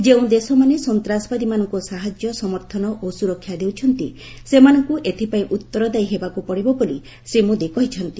ଯେଉଁ ଦେଶମାନେ ସନ୍ତାସବାଦୀମାନଙ୍କୁ ସାହାଯ୍ୟ ସମର୍ଥନ ଓ ସୁରକ୍ଷା ଦେଉଛନ୍ତି ସେମାନଙ୍କୁ ଏଥିପାଇଁ ଉତ୍ତରଦାୟି ହେବାକୁ ପଡ଼ିବ ବୋଲି ଶ୍ରୀ ମୋଦୀ କହିଛନ୍ତି